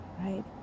right